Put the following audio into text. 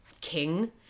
king